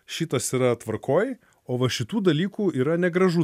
šitas yra tvarkoj o va šitų dalykų yra negražu